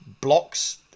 blocks